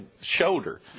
shoulder